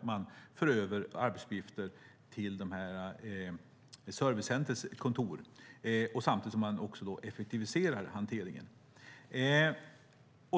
man för över arbetsuppgifter till servicecentrets kontor samtidigt som man effektiviserar hanteringen.